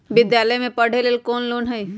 विद्यालय में पढ़े लेल कौनो लोन हई?